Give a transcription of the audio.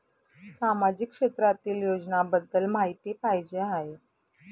सामाजिक क्षेत्रातील योजनाबद्दल माहिती पाहिजे आहे?